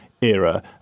era